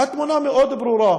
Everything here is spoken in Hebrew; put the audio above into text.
התמונה מאוד ברורה.